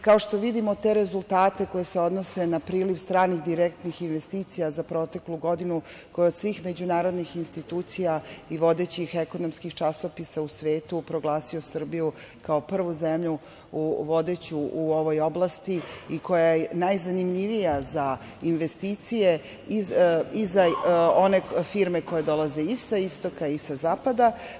Kao što vidimo te rezultate koji se odnose na priliv stranih direktnih investicija za proteklu godinu, svih međunarodnih institucija i vodećih ekonomskih časopisa u svetu, proglasili su Srbiju kao prvu zemlju vodeću u ovoj oblasti i koja je najzanimljivija za investicije i za one firme koje dolaze i sa istoka i sa zapada.